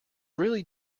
really